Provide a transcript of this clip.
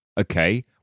Okay